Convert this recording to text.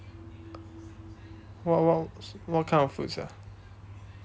what what what kind of food sia